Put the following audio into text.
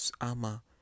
armor